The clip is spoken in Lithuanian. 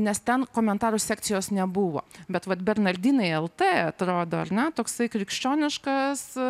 nes ten komentarų sekcijos nebuvo bet vat bernardinai el t atrodo ar ne toksai krikščioniškas